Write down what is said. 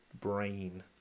Brain